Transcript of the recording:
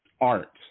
art